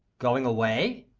going away?